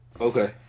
Okay